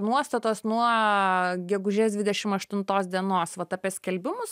nuostatos nuo gegužės dvidešim aštuntos dienos vat apie skelbimus